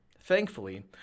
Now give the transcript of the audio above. Thankfully